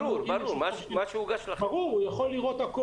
ברור, ברור, מה שהוגש לכם.